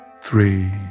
Three